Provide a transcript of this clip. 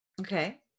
Okay